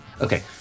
Okay